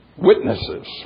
Witnesses